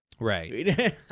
Right